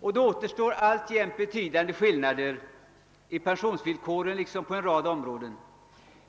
Och det återstår alltjämt betydande skillnader i pensionsvillkoren liksom på en rad områden.